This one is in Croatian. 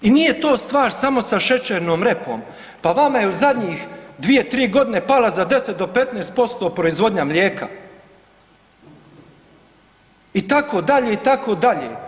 I nije to stvar samo sa šećernom repom, pa vama je u zadnjih 2-3.g. pala za 10 do 15% proizvodnja mlijeka itd. itd.